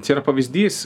čia yra pavyzdys